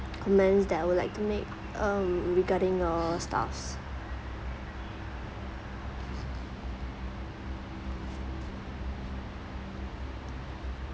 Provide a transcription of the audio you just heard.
comments that I would like to make um regarding your staffs